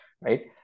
right